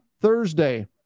Thursday